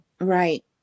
Right